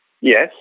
Yes